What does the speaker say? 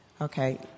Okay